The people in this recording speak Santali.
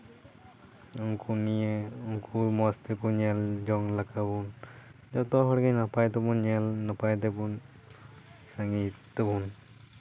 ᱩᱱᱠᱩ ᱱᱤᱭᱮ ᱩᱱᱠᱩ ᱢᱚᱡᱽ ᱛᱮᱠᱚ ᱧᱮᱞ ᱡᱚᱝ ᱞᱮᱠᱟ ᱵᱚ ᱡᱚᱛᱚ ᱦᱚᱲ ᱜᱮ ᱱᱟᱯᱟᱭ ᱛᱮᱵᱚᱱ ᱧᱮᱞ ᱱᱟᱯᱟᱭ ᱛᱮᱵᱚᱱ ᱥᱟᱸᱜᱤ ᱛᱮᱵᱚ